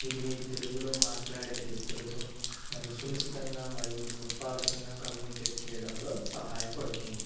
ఇది మీకు తెలుగులో మాట్లాడే వ్యక్తులతో మరియు సునిశితంగా మరియు ఉత్పాదకంగా కమ్యూనికేట్ చేయడంలో సహాయపడుతుంది